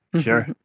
Sure